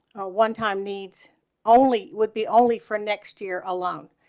onetime needs only would be only for next year alone.